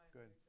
Good